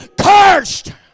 cursed